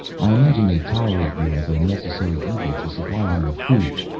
i imagine they tolerate you as a necessary evil, to supply them with food,